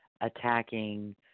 attacking